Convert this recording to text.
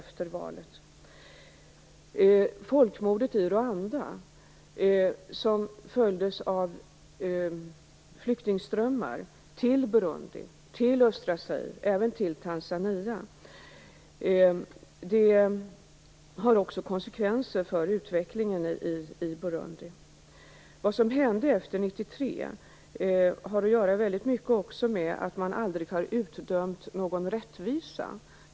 Folkmordet i Rwanda, som följdes av flyktingströmmar till Burundi, till östra Zaire och även till Tanzania, har konsekvenser också för utvecklingen i Burundi. Vad som hände efter 1993 har också mycket att göra med att man aldrig har utmätt någon rättvisa.